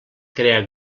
crear